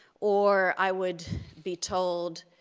or i would be told,